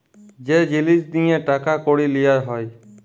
যে জিলিস দিঁয়ে টাকা কড়ি লিয়া হ্যয়